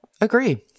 Agree